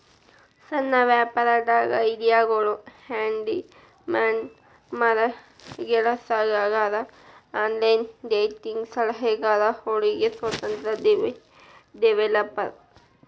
ಸಣ್ಣ ವ್ಯಾಪಾರದ್ ಐಡಿಯಾಗಳು ಹ್ಯಾಂಡಿ ಮ್ಯಾನ್ ಮರಗೆಲಸಗಾರ ಆನ್ಲೈನ್ ಡೇಟಿಂಗ್ ಸಲಹೆಗಾರ ಹೊಲಿಗೆ ಸ್ವತಂತ್ರ ಡೆವೆಲಪರ್